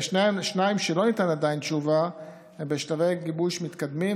השתיים שלא ניתן עליהן עדיין תשובה הן בשלבי גיבוש מתקדמים,